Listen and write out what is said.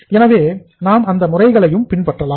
எனவே நாம் அந்த முறைகளையும் பின்பற்றலாம்